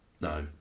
No